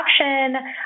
production